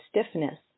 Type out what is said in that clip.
stiffness